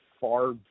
far